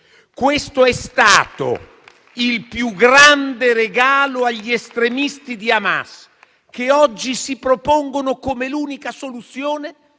Questo è stato il più grande regalo agli estremisti di Hamas, che oggi si propongono come l'unica soluzione